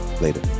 Later